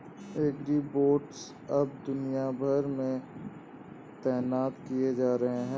agribots अब दुनिया भर में तैनात किए जा रहे हैं